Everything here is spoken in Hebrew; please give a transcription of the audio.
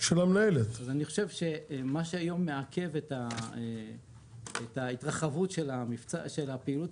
אז אני חושב שמה שהיום מעכב את ההתרחבות של הפעילות